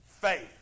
faith